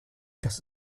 dass